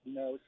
no